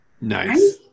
Nice